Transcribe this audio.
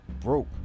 broke